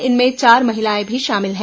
इनमें चार महिलाएं भी शामिल हैं